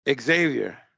Xavier